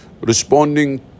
Responding